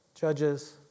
judges